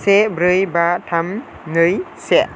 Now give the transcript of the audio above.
से ब्रै बा थाम नै से